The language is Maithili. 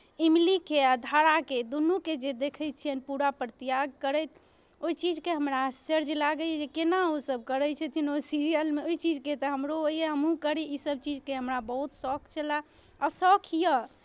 इमलीकेँ आ धराकेँ दुनूकेँ जे देखै छियनि पूरा परित्याग करैत ओहि चीजके हमरा आश्चर्य लागैए जे केना ओसभ करै छथिन ओहि सीरियलमे ओहि चीजके तऽ हमरो होइए हमहूँ करी ईसभ चीजके हमरा बहुत शौक छलय आओर शौक यए